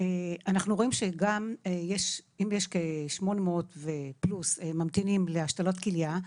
אם יש כ-800 פלוס ממתינים להשתלות כליה,